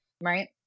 right